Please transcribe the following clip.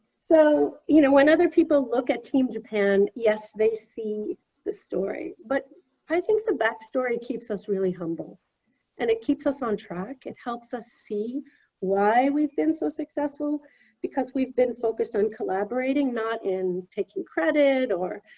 so you know when other people look at team japan, yes, they see the story. but i think the backstory keeps us really humble and it keeps us on track. it helps us see why we've been so successful because we've been focused on collaborating, not in taking credit or,